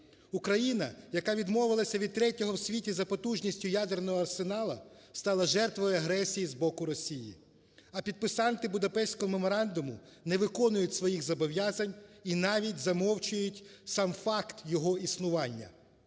Україна, яка відмовилася від третього в світі за потужністю ядерного арсеналу, стала жертвою агресії з боку Росії, а підписанти Будапештського меморандуму не виконують своїх зобов'язань і навіть замовчують сам факт його існування.